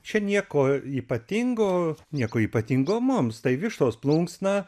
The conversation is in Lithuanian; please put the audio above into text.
čia nieko ypatingo nieko ypatingo mums tai vištos plunksna